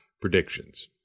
predictions